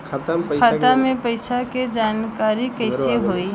खाता मे पैसा के जानकारी कइसे होई?